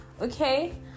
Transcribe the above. okay